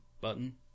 button